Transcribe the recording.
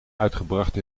uitgebracht